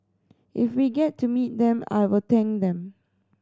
if we get to meet them I will thank them